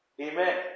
amen